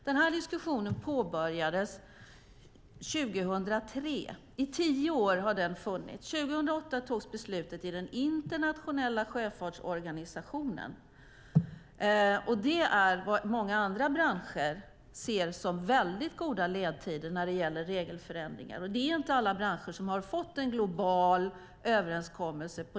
Den här diskussionen påbörjades 2003; den har pågått i tio år. År 2008 togs beslutet i den internationella sjöfartsorganisationen. Det ser många andra branscher som väldigt goda ledtider när det gäller regelförändringar. Det är inte alla branscher som har fått en sådan global överenskommelse.